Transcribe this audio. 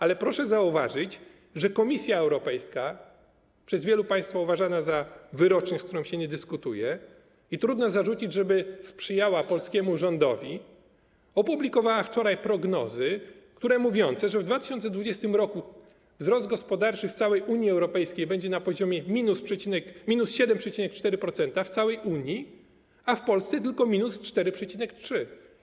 Ale proszę zauważyć, że Komisja Europejska przez wielu z państwa uważana za wyrocznię, z którą się nie dyskutuje, i trudno zarzucić, żeby sprzyjała polskiemu rządowi, opublikowała wczoraj prognozy mówiące, że w 2020 r. wzrost gospodarczy w całej Unii Europejskiej będzie na poziomie –7,4% w całej Unii, a w Polsce tylko– 4,3.